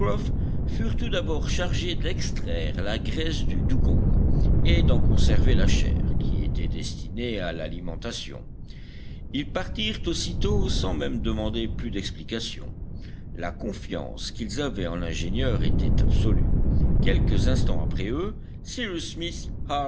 tout d'abord chargés d'extraire la graisse du dugong et d'en conserver la chair qui était destinée à l'alimentation ils partirent aussitôt sans même demander plus d'explication la confiance qu'ils avaient en l'ingénieur était absolue quelques instants après eux cyrus smith